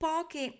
Poche